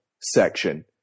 section